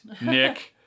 Nick